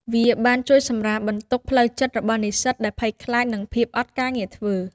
វាបានជួយសម្រាលបន្ទុកផ្លូវចិត្តរបស់និស្សិតដែលភ័យខ្លាចនឹងភាពអត់ការងារធ្វើ។